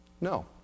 No